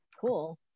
Cool